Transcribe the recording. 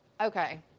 Okay